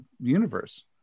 universe